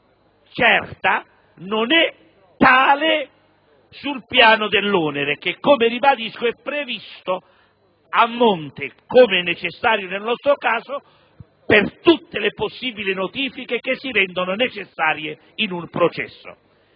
che è certa, non è tale sul piano dell'onere che - ripeto - è previsto a monte (come è necessario nel nostro caso) per tutte le possibili notifiche che si rendono necessarie in un processo.